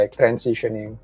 transitioning